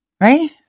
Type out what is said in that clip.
Right